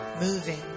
moving